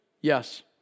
Yes